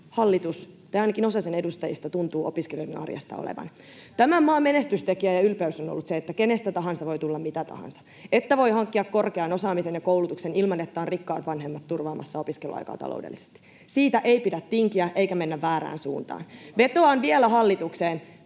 hallitus tai ainakin osa sen edustajista tuntuu opiskelijoiden arjesta olevan. Tämän maan menestystekijä ja ylpeys on ollut se, että kenestä tahansa voi tulla mitä tahansa, että voi hankkia korkean osaamisen ja koulutuksen ilman, että on rikkaat vanhemmat turvaamassa opiskeluaikaa taloudellisesti. Siitä ei pidä tinkiä eikä mennä väärään suuntaan. [Ben Zyskowiczin